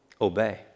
Obey